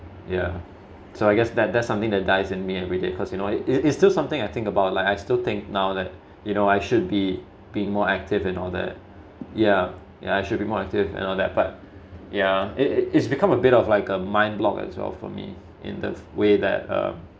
yeah so I guess that that's something that dies in me everyday because you know it is still something I think about like I still think now that you know I should be being more active and all that ya ya I should be more active and all that but yeah it it's become a bit of like a mind block as well for me in the way that uh